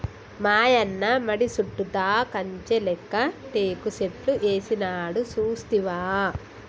మాయన్న మడి సుట్టుతా కంచె లేక్క టేకు సెట్లు ఏసినాడు సూస్తివా